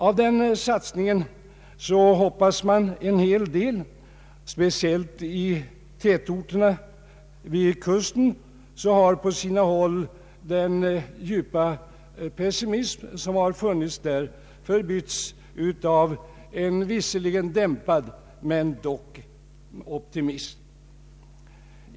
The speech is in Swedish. Av denna satsning hoppas man en hel del. Speciellt i tätorterna vid kusten har på sina håll den djupa pessimism som funnits där förbytts mot en visserligen dämpad men dock optimism.